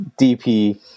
DP